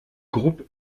groupe